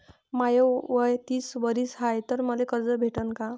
माय वय तीस वरीस हाय तर मले कर्ज भेटन का?